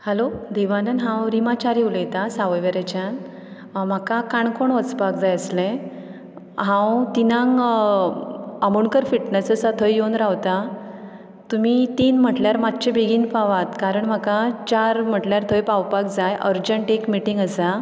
hello Devanand हांव रिमा च्यारी उलयतां सावयवेरेंच्यान म्हाका काणकोण वचपाक जाय आसलें हांव तिनांक आमोणकर फिटनॅस आसा थंय येवन रावतां तुमी तीन म्हटल्यार मातशे बेगीन पावात कारण म्हाका चार म्हटल्यार थंय पावपाक जाय अर्जेंट एक मिटींग आसा